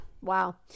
Wow